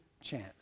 chance